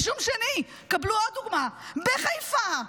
אישום שני, קבלו עוד דוגמה: בחיפה,